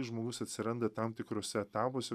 žmogus atsiranda tam tikruose etapuose